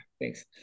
thanks